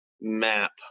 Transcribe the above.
map